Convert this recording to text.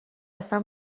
اصلا